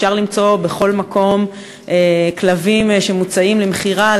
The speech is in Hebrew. אפשר למצוא בכל מקום כלבים שמוצעים למכירה,